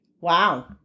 Wow